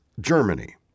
Germany